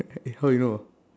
eh how you know